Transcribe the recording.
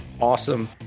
awesome